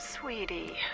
Sweetie